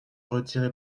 retirer